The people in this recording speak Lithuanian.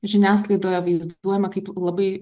žiniasklaidoje vaizduojama kaip labai